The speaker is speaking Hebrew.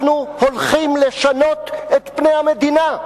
אנחנו הולכים לשנות את פני המדינה.